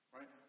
Right